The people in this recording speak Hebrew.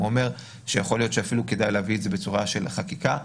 הוא אומר שיכול להיות שאפילו כדאי להביא את זה בצורה של חקיקה.